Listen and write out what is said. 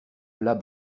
plats